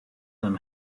them